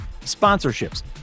sponsorships